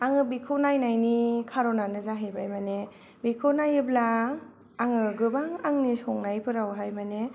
आङो बिखौ नायनायनि खार'नानो जाहैबाय माने बिखौ नायोब्ला आङो गोबां आंनि संनाय फोरावहाय माने